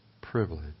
privilege